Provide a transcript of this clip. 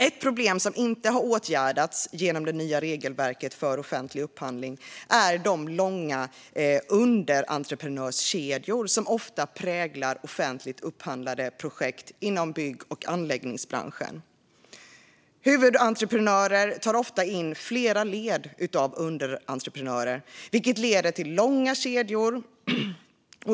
Ett problem som inte har åtgärdats genom det nya regelverket för offentlig upphandling är de långa underentreprenörskedjor som ofta präglar offentligt upphandlade projekt inom bygg och anläggningsbranschen. Huvudentreprenörer tar ofta in flera led av underentreprenörer, vilket leder till långa kedjor.